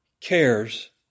cares